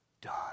Done